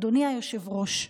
אדוני היושב-ראש,